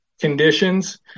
conditions